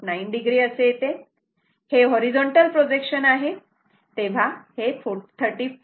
9 o असे येते हे हॉरिझॉन्टल प्रोजेक्शन आहे तेव्हा हे 34